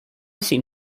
seem